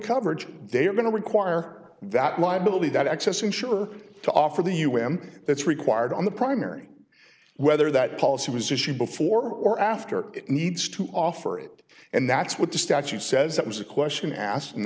coverage they are going to require that liability that excess insurer to offer the u m p that's required on the primary whether that policy was issued before or after it needs to offer it and that's what the statute says that was a question asked and